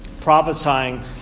prophesying